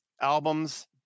albums